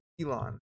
Elon